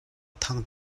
thang